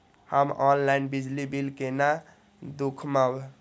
हम ऑनलाईन बिजली बील केना दूखमब?